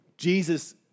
Jesus